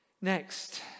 Next